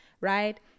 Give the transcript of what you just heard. right